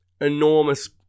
enormous